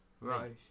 Right